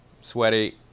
sweaty